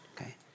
okay